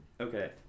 Okay